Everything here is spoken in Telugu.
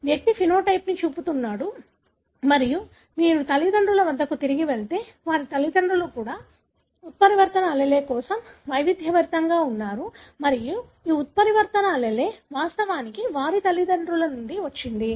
వ్యక్తి సమలక్షణాన్ని చూపుతున్నాడు మరియు మీరు తల్లిదండ్రుల వద్దకు తిరిగి వెళితే వారి తల్లిదండ్రులు కూడా ఉత్పరివర్తన allele కోసం వైవిధ్యభరితంగా ఉన్నారు మరియు ఈ ఉత్పరివర్తన allele వాస్తవానికి వారి తల్లిదండ్రుల నుండి వచ్చింది